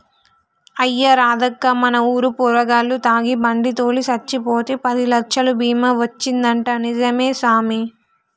అయ్యా రాదక్కా మన ఊరు పోరగాల్లు తాగి బండి తోలి సచ్చిపోతే పదిలచ్చలు బీమా వచ్చిందంటా నిజమే సామి